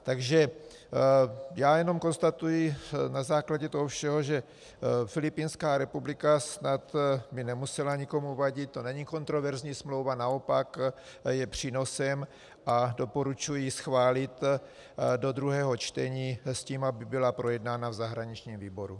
Takže já jenom konstatuji na základě toho všeho, že Filipínská republika snad by nemusela nikomu vadit, to není kontroverzní smlouva, naopak je přínosem, a doporučuji ji schválit do druhého čtení s tím, aby byla projednána v zahraničním výboru.